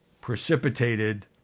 precipitated